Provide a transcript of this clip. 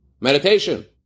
Meditation